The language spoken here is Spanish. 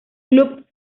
club